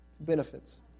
Benefits